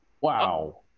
Wow